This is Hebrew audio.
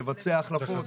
לבצע החלפות.